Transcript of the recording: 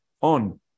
on